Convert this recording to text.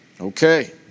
Okay